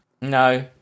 No